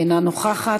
אינה נוכחת,